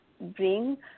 bring